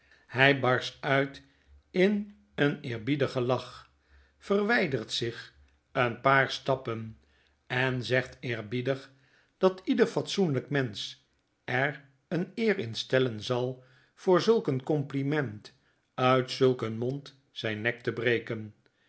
hij jbmmai barst uit in een eerbiedigen lach verwydert zich een paar stappen en zegt eerbiedig dat ieder fatsoenlyk mensch er een eer instellenzal voor zulk een compliment uit zulk een mond zyn nek te breken